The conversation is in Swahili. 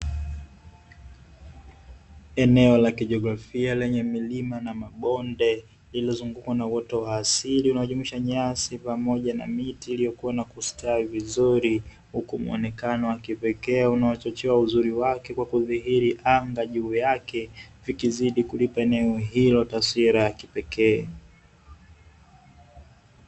Eneo la kijiografia lenye milima na mabonde, lililozungukwa na uoto wa asili unaojumuisha nyasi pamoja na miti iliyokua na kustawi vizuri, huku muonekano wa kipekee unaochochea uzuri wake na kudhihiri, anga juu yake ikizidi kulipa eneo hilo taswira ya pekee.